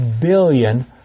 billion